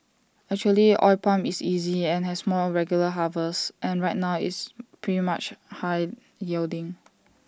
actually oil palm is easy and has more regular harvests and right now it's pretty much high yielding